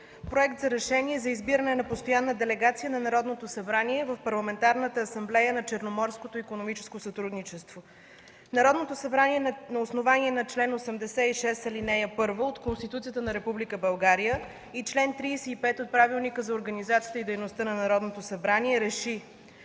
процедури. „РЕШЕНИЕ за избиране на постоянна делегация на Народното събрание в Парламентарната асамблея на Черноморското икономическо сътрудничество Народното събрание на основание чл. 86, ал. 1 от Конституцията на Република България и чл. 35 от Правилника за организацията и дейността на Народното събрание